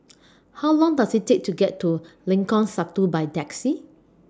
How Long Does IT Take to get to Lengkong Satu By Taxi